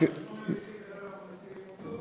מסירים, 7 ו-8 כרגע מסירים.